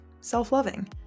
self-loving